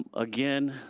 ah again,